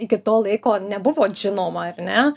iki to laiko nebuvot žinoma ar ne